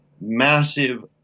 massive